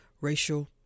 racial